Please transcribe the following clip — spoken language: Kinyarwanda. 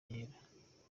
yera